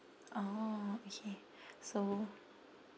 oh okay so